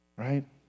right